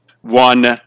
one